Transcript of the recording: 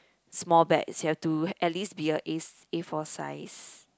small bags you have to at least be a a~ A-four size